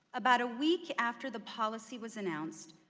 about a week after the policy was announced,